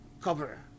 cover